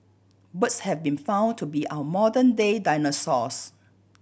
birds have been found to be our modern day dinosaurs